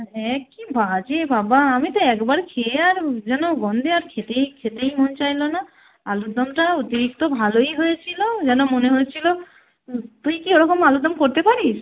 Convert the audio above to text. হ্যাঁ কী বাজে বাবা আমি তো একবার খেয়ে আর যেন গন্ধে আর খেতেই খেতেই মন চাইলো না আলুর দমটা অতিরিক্ত ভালোই হয়েছিলো যেন মনে হয়েছিলো তুই কি ওরকম আলুর দম করতে পারিস